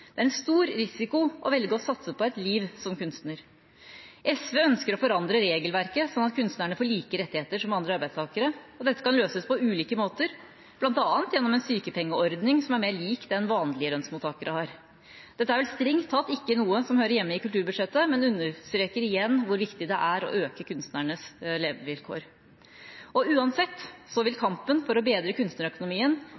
Det er en stor risiko å velge å satse på et liv som kunstner. SV ønsker å forandre regelverket sånn at kunstnerne får samme rettigheter som andre arbeidstakere. Dette kan løses på ulike måter, bl.a. gjennom en sykepengeordning som er mer lik den som vanlige lønnsmottakere har. Dette er strengt tatt noe som ikke hører hjemme i kulturbudsjettet, men det understreker igjen hvor viktig det er å bedre kunstnernes levevilkår. Uansett vil kampen for å bedre